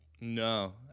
no